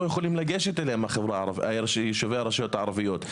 יכולים לגשת אליהם יישובי הרשויות הערביות.